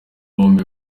bombi